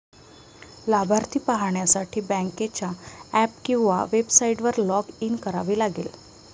लाभार्थी पाहण्यासाठी बँकेच्या ऍप किंवा वेबसाइटवर लॉग इन करावे लागेल